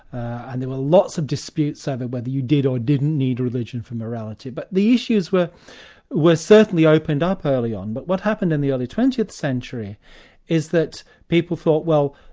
and there were lots of disputes over whether you did or didn't need religion for morality. but the issues were were certainly opened up early on, but what happened in the early twentieth century is that people thought, well,